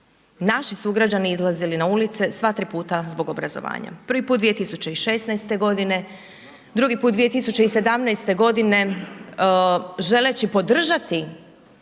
naši sugrađani izlazili na ulice, sva tri puta zbog obrazovanja. Prvi put 2016. g., drugi put 2017. g., želeći podržati